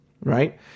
Right